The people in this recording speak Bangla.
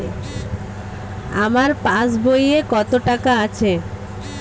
আমার পাস বইয়ে কত টাকা আছে?